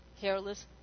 careless